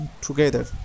together